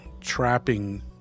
trapping